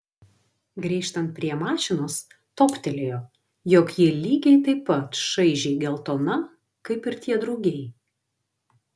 grįžtant prie mašinos toptelėjo jog ji lygiai taip pat šaižiai geltona kaip ir tie drugiai